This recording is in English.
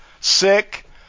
Sick